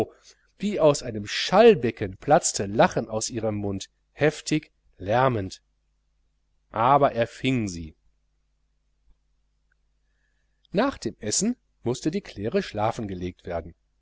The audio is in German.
wie aus einem schallbecken platzte lachen aus ihrem mund heftig lärmend aber er fing sie nach dem essen mußte die claire schlafen gelegt werden